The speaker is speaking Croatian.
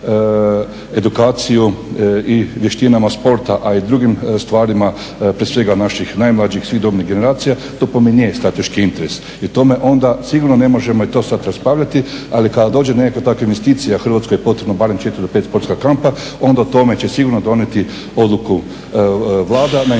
Hrvatskoj je potrebno barem četiri do pet sportskih kampova, onda o tome će sigurno donijeti odluku Vlada na inicijativu